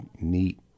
neat